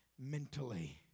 mentally